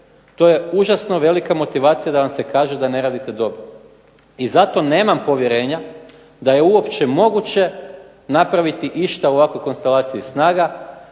To je užasno velika motivacija da vam se kaže da ne radite dobro i zato nemam povjerenja da je uopće moguće napraviti išta u ovakvoj konstelaciji snaga